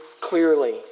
clearly